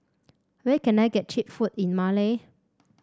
where can I get cheap food in Male